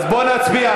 אז בואו נצביע.